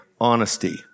honesty